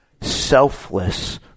selfless